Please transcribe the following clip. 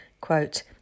quote